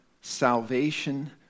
Salvation